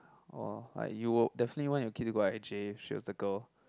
or like you will definitely want your kid to go i_j if she was a girl